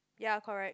ya correct